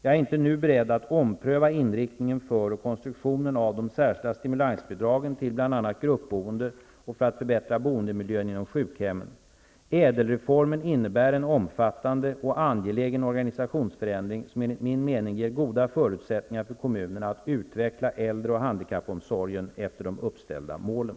Jag är inte nu beredd att ompröva inriktningen för och konstruktionen av de särskilda stimulansbidragen till bl.a. gruppboende och för att förbättra boendemiljön inom sjukhemmen. ÄDEL-reformen innebär en omfattande och angelägen organisationsförändring som enligt min mening ger goda förutsättningar för kommunerna att utveckla äldre och handikappomsorgen efter de uppställda målen.